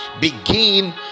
begin